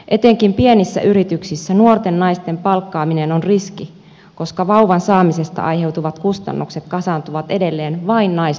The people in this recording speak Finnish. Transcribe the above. etenkin pienissä yrityksissä nuorten naisten palkkaaminen on riski koska vauvan saamisesta aiheutuvat kustannukset kasaantuvat edelleen vain naisten työnantajille